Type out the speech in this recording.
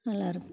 நல்லாயிருக்கும்